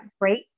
great